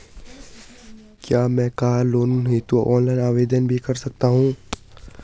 क्या मैं car loan हेतु ऑनलाइन आवेदन भी कर सकता हूँ?